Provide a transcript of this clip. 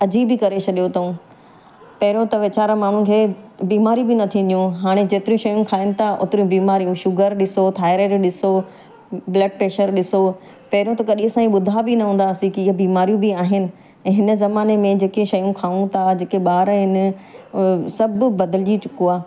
अजीब ई करे छॾियों अथऊं पहिरों त विचारा माण्हुनि खे बीमारी बि न थींदियूं हाणे जेतिरी शयुनि खाइनि था ओतिरियूं बीमारियूं शूगर ॾिसो थॉएराइड ॾिसो ब्लड प्रैशर ॾिसो पहिरों त कॾहिं असां इहे ॿुधा बि न हूंदासीं की ईअं बीमारियूं बि आहिनि ऐं हिन ज़माने में जेके शयूं खाऊं था जेके ॿार आहिनि सभु बदिलिजी चुको आहे